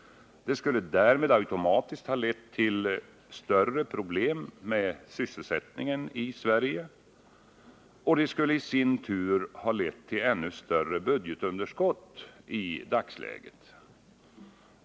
Det skulle därmed automatiskt ha lett till större problem för sysselsättningen i Sverige, och det skulle i sin tur ha lett till ännu större budgetunderskott i dagsläget.